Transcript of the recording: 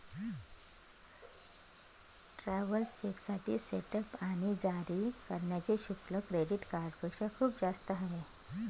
travellers चेकसाठी setup आणि जारी करण्याचे शुल्क क्रेडिट कार्डपेक्षा खूप जास्त आहे